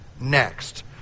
next